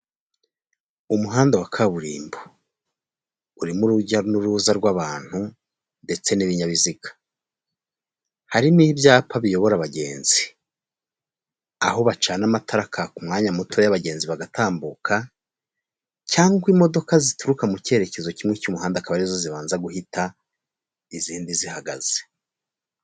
Umuhanda wa kaburimbo urimo urujya n'uruza rw'abantu ndetse n'ibinyabiziga, hari n'ibyapa biyobora abagenzi aho bacana amatara akaka umwanya muto abagenzi bagatambuka cyangwa imodoka zituruka mu cyerekezo kimwe cy'umuhanda akaba arizo zibanza guhita izindi zihagaze.